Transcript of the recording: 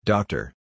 Doctor